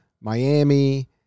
Miami